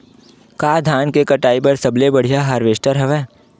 का धान के कटाई बर सबले बढ़िया हारवेस्टर हवय?